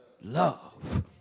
Love